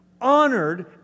honored